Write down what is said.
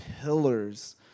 pillars